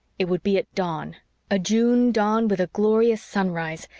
it would be at dawn a june dawn, with a glorious sunrise,